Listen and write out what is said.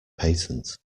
patent